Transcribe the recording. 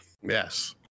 Yes